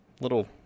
little